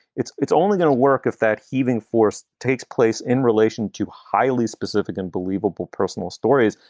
it's it's only going to work if that heaving force takes place in relation to highly specific and believable personal stories.